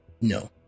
No